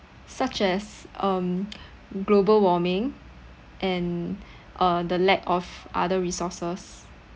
such as um global warming and uh the lack of other resources